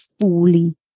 fully